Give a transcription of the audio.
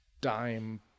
dime